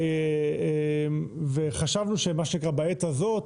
וחשבנו שבעת הזאת